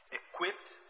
equipped